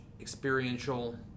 experiential